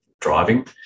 driving